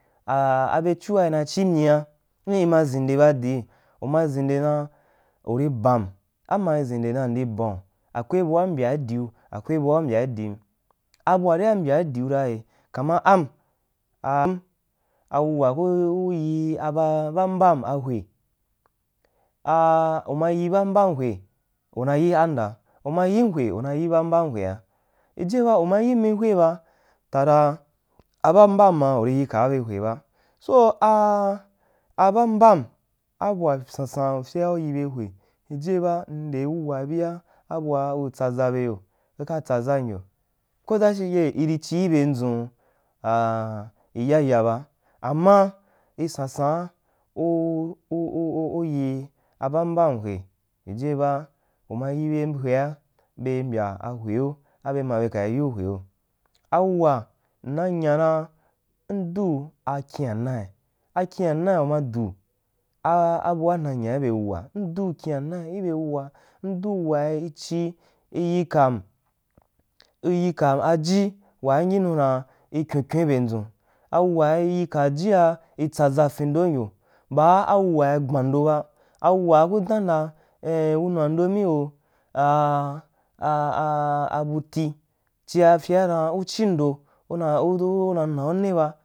A a byechua ina chi myia, in ima ʒinde ba dii umaʒinde dan uri bam am mai ʒinde dan m ri ba dii uma ʒinde dan uri bamp am mai ʒinde dan m ri beun akure bua mbyau diu akwe bua u mbyai dim abua ria mbyau diu ra eoye kama am a wuwa ku ku ku ku yi abaaba mbam hwe, aa una yi ba mban ahwe una yi am da uma yim hwe una yi ba mbam haje a jijiye ba uma yimmi hwe ba ta da a bambam ma uri yikau be hwe ba so aa abe mbam a bua sam san a fyea u yibe hwe jijie ba mde wuwa bia ku tsaʒa be yo ku ta tsa ʒam yo ko dashike iri chi beyndʒu aa ya ya ba, ama i sansan u yi ba mban hwe be mbya ahwea abe ma he kai yiu hweu a wuwa mna nyara mdu akyian nau akyin nai ma du aabua mnau nya ibe wuwa m du kyem nai ibe wuwa mdu wuwa, i chi i yikam, i yikam aji waa n yinu dan i kyin kyur obeniʒ un a wua i yi ka jia i tsaʒa findo n yo baa wuwa i gbando ba a wuwa ku dan dan eh eh wunua ndo mi oh aah ah abuti fyea dan u chindo una una nauni ba.